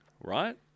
Right